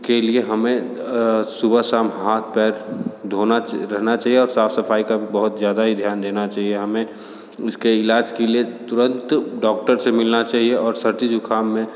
के लिए हमें सुबह शाम हाथ पैर धोना च रहना चाहिए और साफ सफाई का बहुत ज़्यादा ही ध्यान देना चाहिए हमें इसके इलाज के लिए तुरंत डॉक्टर से मिलना चाहिए और सर्दी जुकाम में